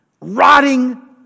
rotting